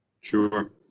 Sure